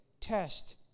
test